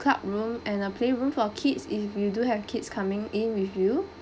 club room and a play room for kids if you do have kids coming in with you